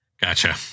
Gotcha